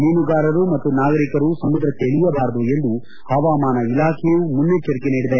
ಮೀನುಗಾರರು ಮತ್ತು ನಾಗರಿಕರು ಸಮುದ್ರಕ್ಕೆ ಇಳಿಯಬಾರದು ಎಂದು ಹವಾಮಾನ ಇಲಾಖೆಯೂ ಮುನ್ನೆಚ್ಚರಿಕೆ ನೀಡಿದೆ